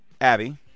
Abby